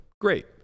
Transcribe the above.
great